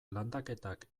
landaketak